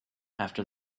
after